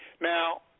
Now